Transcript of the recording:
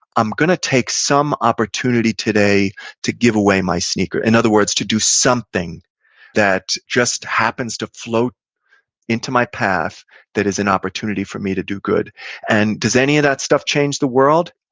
i'm going to take some opportunity today to give away my sneaker. in other words, to do something that just happens to float into my path that is an opportunity for me to do good and does any of that stuff change the world?